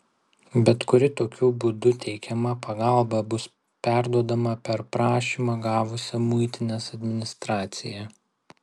bet kuri tokiu būdu teikiama pagalba bus perduodama per prašymą gavusią muitinės administraciją